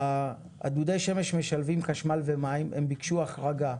דודי השמש משלבים חשמל ומים, הם ביקשו החרגה.